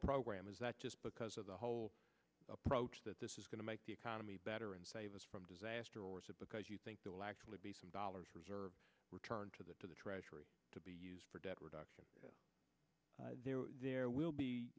program is that just because of the whole approach that this is going to make the economy better and save us from disaster or suppose you think there will actually be some dollars reserve return to the to the treasury to be used for debt reduction there will be